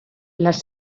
les